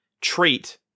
trait